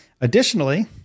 Additionally